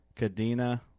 Cadena